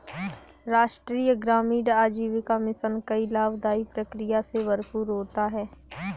राष्ट्रीय ग्रामीण आजीविका मिशन कई लाभदाई प्रक्रिया से भरपूर होता है